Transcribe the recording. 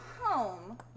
home